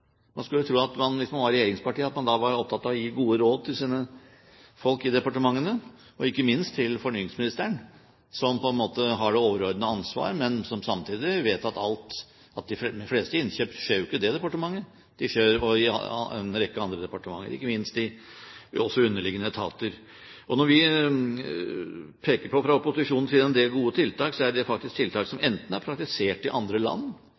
Man skulle jo tro at hvis man var i regjeringspartiene, så var man opptatt av å gi gode råd til sine folk i departementene, og ikke minst til fornyingsministeren som på en måte har det overordnede ansvar, men som samtidig vet at de fleste innkjøp ikke skjer i det departementet. De skjer i en rekke andre departementer, ikke minst også i underliggende etater. Når vi fra opposisjonens side peker på en del gode tiltak, så er det faktisk tiltak som enten er praktisert i andre land